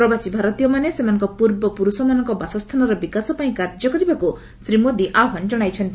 ପ୍ରବାସୀ ଭାରତୀୟମାନେ ସେମାନଙ୍କ ପୂର୍ବପୁରୁଷମାନଙ୍କ ବାସସ୍ଥାନର ବିକାଶ ପାଇଁ କାର୍ଯ୍ୟ କରିବାକୁ ଶ୍ରୀ ମୋଦି ଆହ୍ୱାନ କଣାଇଛନ୍ତି